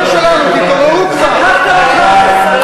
לא יכול, הם פשוט לא נותנים.